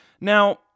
Now